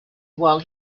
while